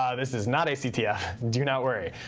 um this is not a ctf. do not worry.